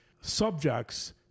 subjects